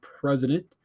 president